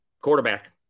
quarterback